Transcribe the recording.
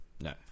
No